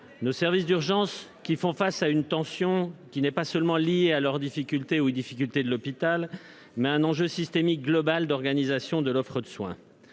Nos services d'urgence font face à une tension qui n'est pas seulement liée à leurs difficultés ou aux difficultés de l'hôpital. Il y a bien un enjeu systémique global d'organisation de l'offre de soins.